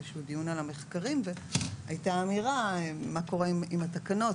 שהוא דיון על המחקרים והייתה אמירה מה קורה עם התקנות,